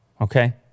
Okay